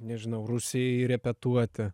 nežinau rūsy repetuoti